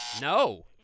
No